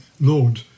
Lord